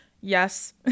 Yes